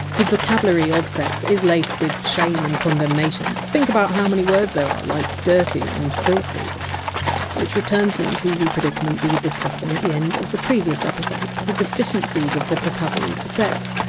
the vocabulary of sex is laced with shame and condemnation think of how many words there are like dirty and filthy which returns me to the predicament we were discussing at the end of the previous episode the deficiencies of the vocabulary for sex.